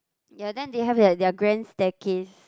ya then they have their their grand staircase